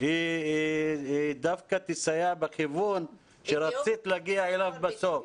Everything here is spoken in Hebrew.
היא דווקא תסייע בכיוון שרצית להגיע אליו בסוף.